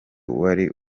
wari